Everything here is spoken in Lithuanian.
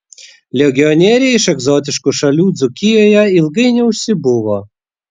legionieriai iš egzotiškų šalių dzūkijoje ilgai neužsibuvo